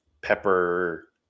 pepper